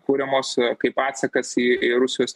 kuriamos kaip atsakas į į rusijos